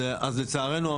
אז לצערנו,